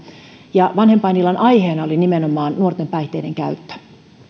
ja vanhempainillan aiheena oli nimenomaan nuorten päihteidenkäyttö